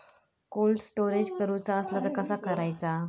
Cold storage करूचा असला तर कसा करायचा?